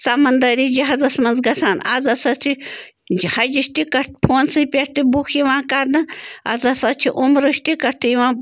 سمنٛدری جہازَس منٛز گژھان آز ہسا چھِ حجٕچ ٹِکَٹ فونسٕے پٮ۪ٹھ تہِ بُک یِوان کرنہٕ آز ہسا چھِ عُمرٕہچ ٹِکَٹ تہِ یِوان